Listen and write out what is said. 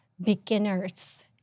beginners